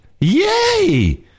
Yay